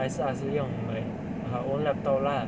还是 ah si 用 like her own laptop lah